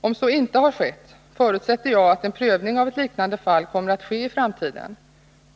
Om så inte har skett, förutsätter jag att en prövning av ett liknande fall kommer att ske i framtiden.